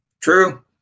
True